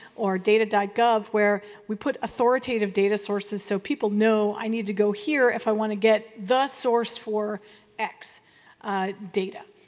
or data data gov where we put authoritative data sources so people know i need to go here if i want to get the source for x data.